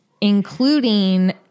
including